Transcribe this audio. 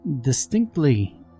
distinctly